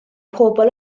pobl